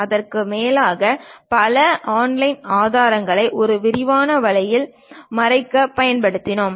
அதற்கும் மேலாக பல ஆன்லைன் ஆதாரங்களை ஒரு விரிவான வழியில் மறைக்கப் பயன்படுத்தினோம்